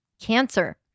Cancer